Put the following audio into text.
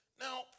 Now